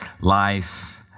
life